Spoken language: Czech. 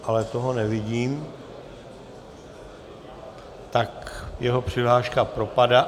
Ale toho nevidím, tak jeho přihláška propadá.